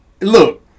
Look